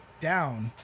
down